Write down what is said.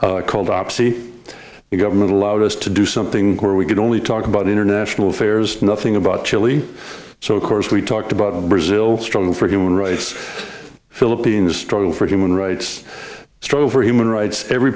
chile called up see the government allowed us to do something where we could only talk about international affairs nothing about chile so of course we talked about brazil strong for human rights philippines struggle for human rights strove for human rights every